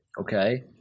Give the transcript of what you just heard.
okay